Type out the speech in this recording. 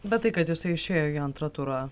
bet tai kad jisai išėjo į antrą turą